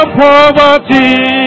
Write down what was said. poverty